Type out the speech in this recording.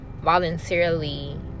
voluntarily